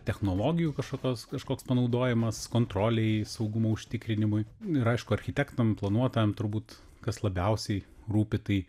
technologijų kažkokios kažkoks panaudojimas kontrolei saugumo užtikrinimui ir aišku architektam planuotojam turbūt kas labiausiai rūpi tai